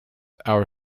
our